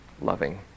loving